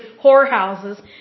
whorehouses